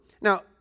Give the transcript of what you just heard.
Now